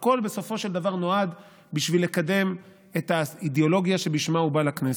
הכול בסופו של דבר נועד בשביל לקדם את האידיאולוגיה שבשמה הוא בא לכנסת.